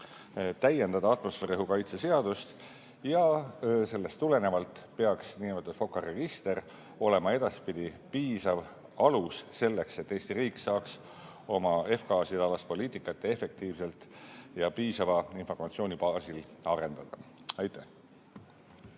täiendada atmosfääriõhu kaitse seadust ja sellest tulenevalt peaks FOKA register olema edaspidi piisav alus selleks, et Eesti riik saaks oma F-gaaside poliitikat efektiivselt ja piisava informatsiooni baasil arendada. Aitäh!